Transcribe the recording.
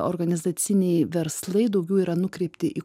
organizaciniai verslai daugiau yra nukreipti į